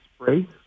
spray